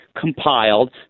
compiled